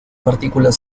partículas